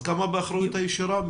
כמה באחריות הישירה?